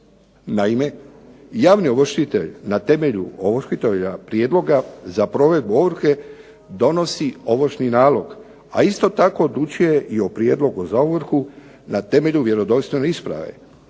Naime, javni ovršitelj na temelju ovrhoviteljevog prijedloga za provedbu ovrhe donosi ovršni nalog, a isto tako odlučuje o prijedlogu za ovrhu na temelju vjerodostojne isprave,